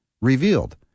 revealed